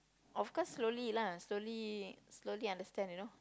of course slowly lah slowly slowly understand you know